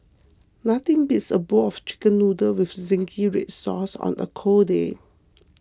nothing beats a bowl of Chicken Noodles with Zingy Red Sauce on a cold day